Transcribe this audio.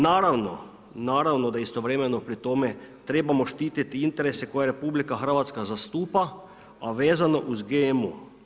Naravno da istovremeno pri tome trebamo štititi interese koje RH zastupa, a vezano uz GMO.